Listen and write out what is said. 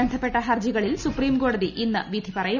ബന്ധപ്പെട്ട ഹർജികളിൽ സുപ്രീംകോടതി ഇന്ന് വിധി പറയും